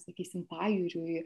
sakysim pajūriui